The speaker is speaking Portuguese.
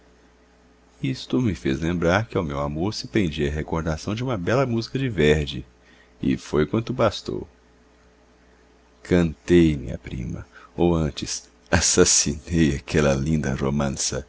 tocasse isto me fez lembrar que ao meu amor se prendia a recordação de uma bela música de verdi e foi quanto bastou cantei minha prima ou antes assassinei aquela linda romanza